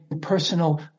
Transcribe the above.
personal